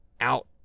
out